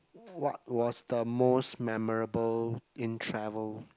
what was the most memorable in travel